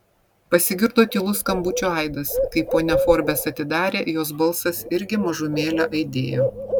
pasigirdo tylus skambučio aidas kai ponia forbes atidarė jos balsas irgi mažumėlę aidėjo